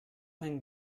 clan